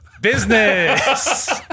business